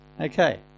Okay